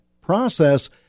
process